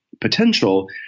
potential